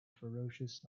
ferocious